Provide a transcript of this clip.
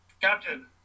Captain